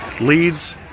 leads